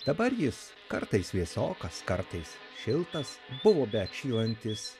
dabar jis kartais vėsokas kartais šiltas buvo beatšylantis